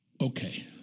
Okay